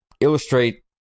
illustrate